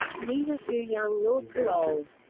neither too young nor too old.